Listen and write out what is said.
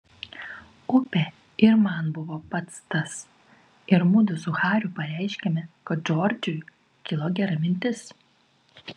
upė ir man buvo pats tas ir mudu su hariu pareiškėme kad džordžui kilo gera mintis